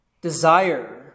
desire